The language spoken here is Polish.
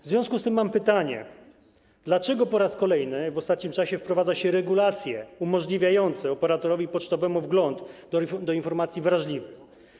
W związku z tym mam pytanie: Dlaczego po raz kolejny w ostatnim czasie wprowadza się regulacje umożliwiające operatorowi pocztowemu wgląd do informacji wrażliwych?